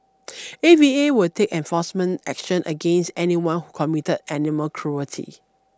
A V A will take enforcement action against anyone who committed animal cruelty